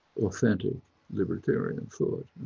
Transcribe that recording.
authentic libertarian thought,